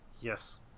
Yes